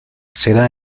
será